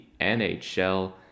NHL